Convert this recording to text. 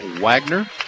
Wagner